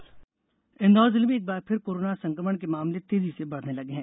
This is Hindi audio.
कोरोना प्रदेश इंदौर जिले में एक बार फिर कोरोना संक्रमण के मामले तेजी से बढ़ने लगे हैं